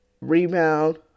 rebound